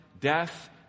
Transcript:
death